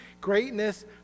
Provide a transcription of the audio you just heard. greatness